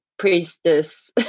Priestess